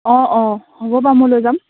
অঁ অঁ হ'ব বাৰু মই লৈ যাম